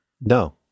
No